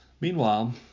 Meanwhile